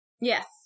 Yes